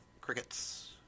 crickets